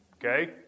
okay